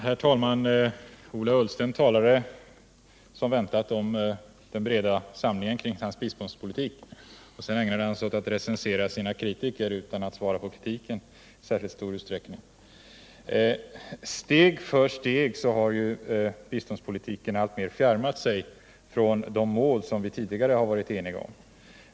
Herr talman! Ola Ullsten talade som väntat om den breda samlingen kring hans biståndspolitik och ägnade sig åt att recensera sina kritiker utan att i särskilt stor utsträckning svara på kritiken. Steg för steg har ju biståndspolitiken fjärmat sig från de mål som vi tidigare har varit eniga om.